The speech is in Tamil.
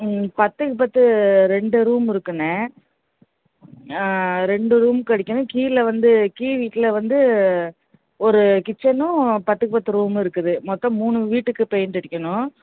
ம் பத்துக்கு பத்து ரெண்டு ரூம் இருக்குதுண்ணே ரெண்டு ரூமுக்கும் அடிக்கணும் கீழே வந்து கீழ் வீட்டில் வந்து ஒரு கிச்சனும் பத்துக்கு பத்து ரூமும் இருக்குது மொத்தம் மூணு வீட்டுக்கு பெயிண்ட் அடிக்கணும்